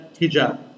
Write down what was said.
Hijab